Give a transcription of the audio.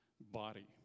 body